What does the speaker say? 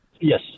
Yes